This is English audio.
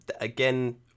again